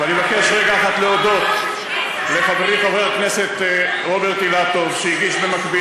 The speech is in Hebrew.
ואני מבקש רגע אחד להודות לחברי חבר הכנסת רוברט אילטוב,